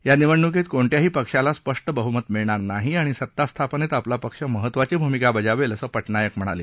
या निवडणुकीत कोणत्याही पक्षाला स्पष्ट बहुमत मिळणार नाही आणि सत्ता स्थापनेत आपला पक्ष महत्त्वाची भूमिका बजावेल असं पटनायक म्हणाले